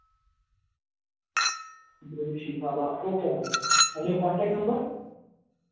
ધ્રુવ શીખાવા okay ma'am and your contact number